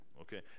okay